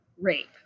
rape